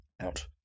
Out